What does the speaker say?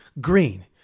green